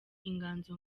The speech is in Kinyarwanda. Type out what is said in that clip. inganzo